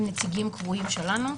עם נציגים קבועים שלנו.